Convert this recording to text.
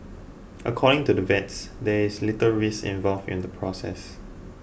according to the vets there is little risk involved in the process